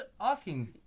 asking